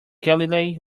galilei